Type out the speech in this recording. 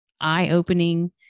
eye-opening